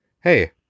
hey